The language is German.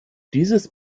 dieses